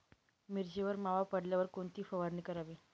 मिरचीवर मावा पडल्यावर कोणती फवारणी करावी?